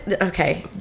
Okay